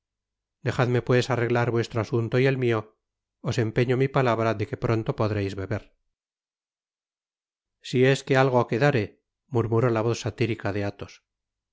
dejadme pues arreglar vuestro asunto y el mio os empeño mi palabra de que pronto podreis beber si es que algo quedare murmuró la voz satirica de